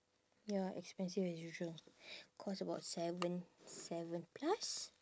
ya expensive as usual cost about seven seven plus